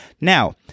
Now